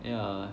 yeah